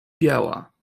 biała